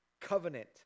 covenant